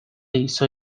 hizo